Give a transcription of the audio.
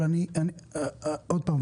עוד פעם,